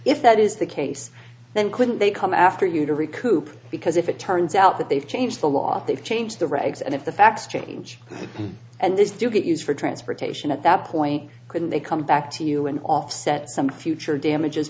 if that is the case then couldn't they come after you to recoup because if it turns out that they've changed the law they've changed the regs and if the facts change and this do get used for transportation at that point couldn't they come back to you and offset some future damages